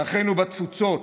לאחינו בתפוצות